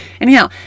Anyhow